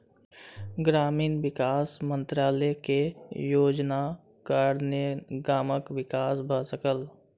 ग्रामीण विकास मंत्रालय के योजनाक कारणेँ गामक विकास भ सकल